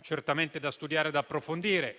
certamente da studiare e da approfondire.